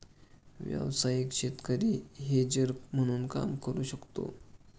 व्यावसायिक शेतकरी हेजर म्हणून काम करू शकतो